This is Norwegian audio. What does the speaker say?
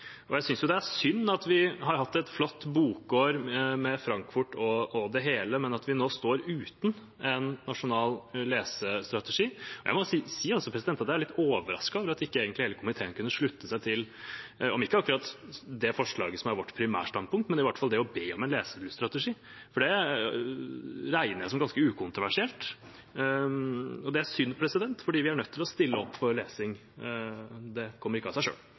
Jeg synes det er synd at vi har hatt et flott bokår, og med Frankfurt og det hele, men at vi nå står uten en nasjonal lesestrategi. Jeg må også si at jeg er litt overrasket over at ikke hele komiteen kunne slutte seg til om ikke akkurat det forslaget som er vårt primærstandpunkt, så i hvert fall til å be om en leselyststrategi, for det regner jeg som ganske ukontroversielt. Det er synd, for vi er nødt til å stille opp for lesing. Det kommer ikke av seg